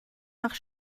nach